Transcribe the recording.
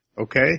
Okay